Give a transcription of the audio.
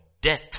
death